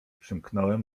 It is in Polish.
przymknąłem